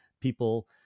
people